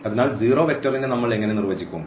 അതിനാൽ 0 വെക്റ്ററിനെ നമ്മൾഎങ്ങനെ നിർവചിക്കും